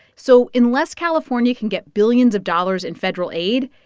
so unless california can get billions of dollars in federal aid,